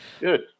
Good